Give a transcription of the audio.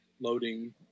loading